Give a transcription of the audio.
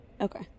Okay